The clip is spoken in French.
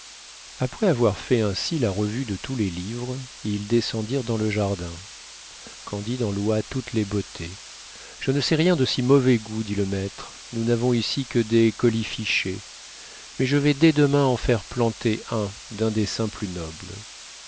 après avoir fait ainsi la revue de tous les livres ils descendirent dans le jardin candide en loua toutes les beautés je ne sais rien de si mauvais goût dit le maître nous n'avons ici que des colifichets mais je vais dès demain en faire planter un d'un dessin plus noble